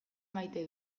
maite